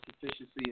sufficiency